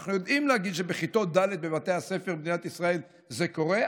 אנחנו יודעים להגיד שבכיתות ד' בבתי הספר מדינת ישראל זה קורה,